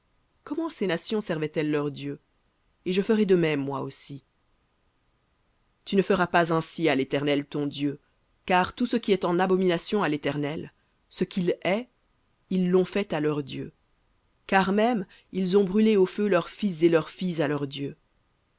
comment ces nations servaient elles leurs dieux et je ferai de même moi aussi tu ne feras pas ainsi à l'éternel ton dieu car tout ce qui est en abomination à l'éternel ce qu'il hait ils l'ont fait à leurs dieux car même ils ont brûlé au feu leurs fils et leurs filles à leurs dieux